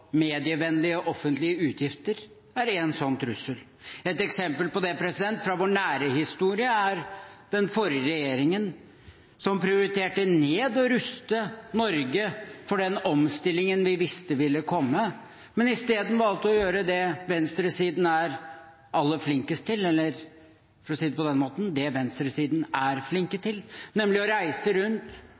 medievennlige offentlige utgifter er en slik trussel. Et eksempel på det fra vår nære historie er den forrige regjeringen, som prioriterte ned å ruste Norge for den omstillingen vi visste ville komme, men i stedet valgte å gjøre det venstresiden er aller flinkest til – eller for å si det på den måten: det venstresiden er flinke til – nemlig å reise rundt